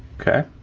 okay?